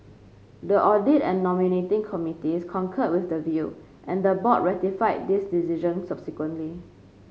the audit and nominating committees concurred with the view and the board ratified this decision subsequently